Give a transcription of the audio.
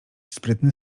sprytny